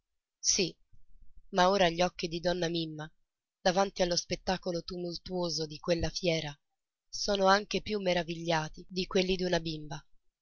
sì ma ora gli occhi di donna mimma davanti allo spettacolo tumultuoso di quella fiera sono anche più meravigliati di quelli d'una bimba